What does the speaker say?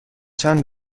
چند